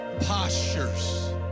postures